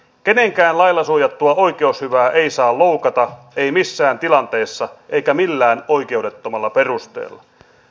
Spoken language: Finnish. kenenkään lailla suojattua oikeushyvää ei saa loukata ei missään tilanteessa eikä millään oikeudettomalla perusteella